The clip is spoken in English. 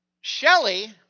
Shelley